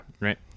Right